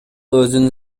өзүн